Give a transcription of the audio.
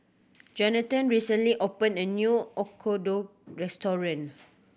Jonathon recently opened a new Oyakodon Restaurant